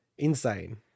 insane